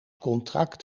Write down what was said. contract